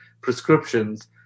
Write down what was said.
prescriptions